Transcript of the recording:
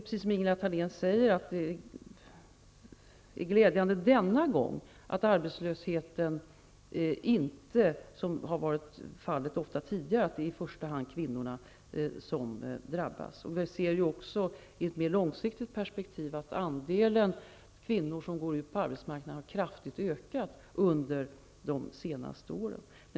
Precis som Ingela Thalén säger är det glädjande att arbetslösheten inte, som ofta har varit fallet tidigare, i första hand nu har drabbat kvinnorna. I ett mer långsiktigt perspektiv ser vi också att andelen kvinnor som under de senaste åren har gått ut på arbetsmarknaden kraftigt har ökat.